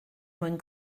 mwyn